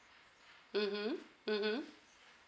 mmhmm mmhmm